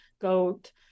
goat